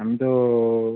ଆମେ ତ